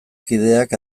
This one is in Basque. kideak